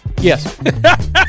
Yes